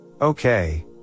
Okay